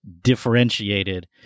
differentiated